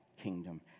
kingdom